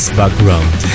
background